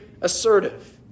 assertive